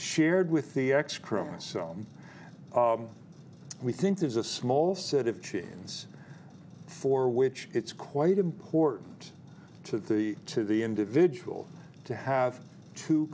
shared with the x chromosome we think there's a small set of genes for which it's quite important to the to the individual to have t